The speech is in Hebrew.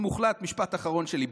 משפט אחרון שלי,